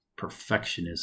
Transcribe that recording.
perfectionism